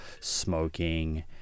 smoking